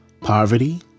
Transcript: poverty